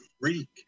Freak